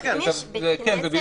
כן, כן, כן.